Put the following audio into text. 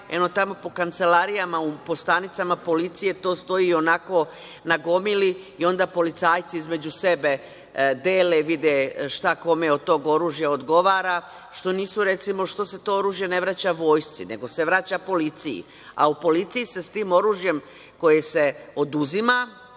Eno tamo po kancelarijama, po stanicama policije to stoji onako na gomili i onda policajci između sebe dele, vide šta kome od tog oružja odgovara. Što se to oružje ne vraća vojsci, nego se vraća policiji, a u policiji se sa tim oružjem koje se oduzima,